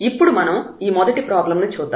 ఇప్పుడు మనం ఈ మొదటి ప్రాబ్లం ను చూద్దాం